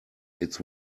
its